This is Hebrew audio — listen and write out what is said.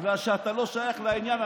בגלל שאתה לא שייך לעניין.